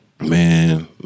Man